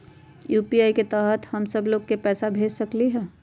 UPI के तहद हम सब लोग को पैसा भेज सकली ह?